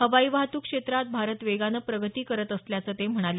हवाई वाहतूक क्षेत्रात भारत वेगानं प्रगती करत असल्याचं ते म्हणाले